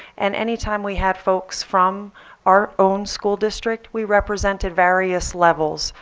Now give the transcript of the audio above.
and anytime we had folks from our own school district we represented various levels.